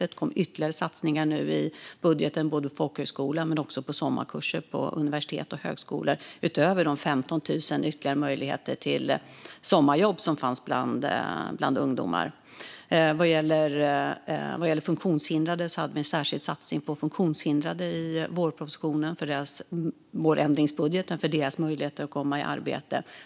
Det kom ytterligare satsningar nu i budgeten på folkhögskolor men också på sommarkurser på universitet och högskolor, utöver 15 000 ytterligare möjligheter till sommarjobb för ungdomar. Vi hade en särskild satsning på funktionshindrade i vårändringsbudgeten när det gäller deras möjligheter att komma i arbete.